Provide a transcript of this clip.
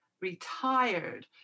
retired